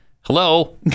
Hello